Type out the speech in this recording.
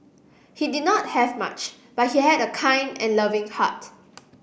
he did not have much but he had a kind and loving heart